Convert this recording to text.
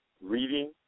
Reading